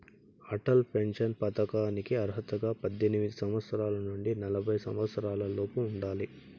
Atal pension పథకానికి అర్హతగా పద్దెనిమిది సంవత్సరాల నుండి నలభై సంవత్సరాలలోపు ఉండాలి